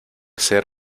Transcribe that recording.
ser